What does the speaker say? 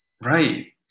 Right